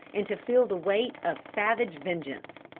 and to feel the weight of savage vengeance.